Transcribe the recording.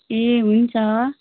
ए हुन्छ